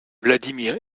vladimir